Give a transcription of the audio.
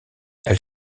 elle